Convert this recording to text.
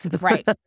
Right